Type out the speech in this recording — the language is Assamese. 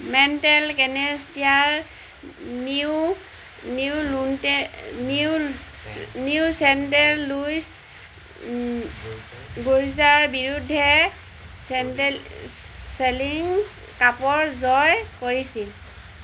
মেণ্টেল কেনেষ্টিয়াৰ নিউ নিউ লুইণ্টে নিউ নিউ চেণ্ডেল লুইচ ব্লুজৰ বিৰুদ্ধে চেণ্ডেল চেলী কাপৰ জয় কৰিছিল